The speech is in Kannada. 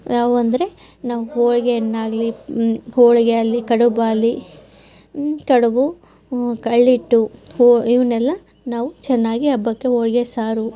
ಯಾವುವು ಅಂದರೆ ನಾವು ಹೋಳಿಗೆಯನ್ನಾಗ್ಲಿ ಹೋಳಿಗೆಯಲ್ಲಿ ಕಡುಬು ಆಗಲಿ ಕಡುಬು ಅರಳಿಟ್ಟು ಹೊ ಇವುನ್ನೆಲ್ಲ ನಾವು ಚೆನ್ನಾಗಿ ಹಬ್ಬಕ್ಕೆ ಹೋಳ್ಗೆ ಸಾರು